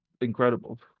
incredible